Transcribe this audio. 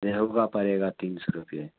رہیع کا پڑے گا تین سو روپیے